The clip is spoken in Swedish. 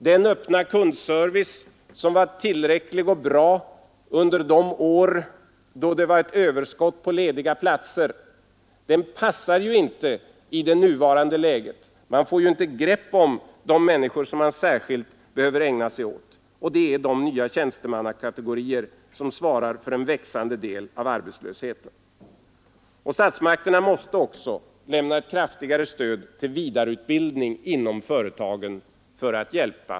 Den öppna kundservice som var tillräcklig och bra under de år då det var ett överskott på lediga platser passar inte i det nuvarande läget; man får inte grepp om de människor man särskilt behöver ägna sig åt, och det är de nya tjänstemannakategorierna som svarar för en växande del av arbetslösheten. Statsmakterna måste också lämna ett kraftigare stöd till vidareutbildning inom företagen. 8.